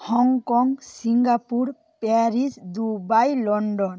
Hong Kong Singapore Paris Dubai London